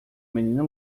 menina